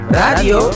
radio